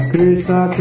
Krishna